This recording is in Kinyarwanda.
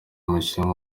umukinnyi